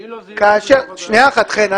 ואם לא זיהינו --- שנייה אחת, חן.